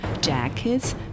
jackets